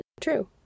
true